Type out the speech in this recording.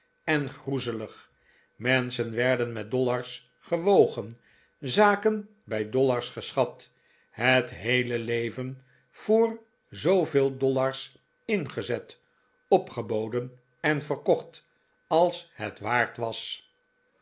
en groezelig menschen werden met dollars gewogen zaken bij dollars geschat het heele leven voor zooveel dollars ingezet opgeboden en verkocht als het waard was